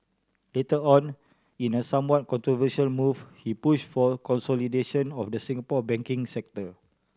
later on in a somewhat controversial move he pushed for consolidation of the Singapore banking sector